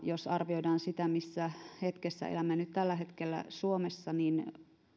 jos arvioidaan sitä missä hetkessä elämme nyt tällä hetkellä suomessa niin